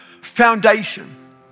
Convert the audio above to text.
foundation